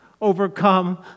overcome